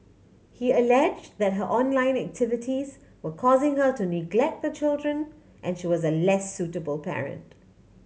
he allege that her online activities were causing her to neglect the children and she was a less suitable parent